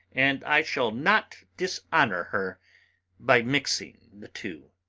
and i shall not dishonour her by mixing the two.